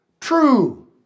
true